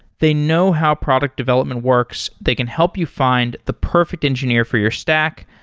they know how product development works. they can help you find the perfect engineer for your stack,